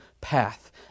path